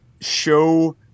show